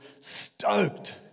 stoked